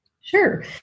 sure